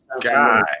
guy